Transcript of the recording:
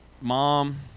Mom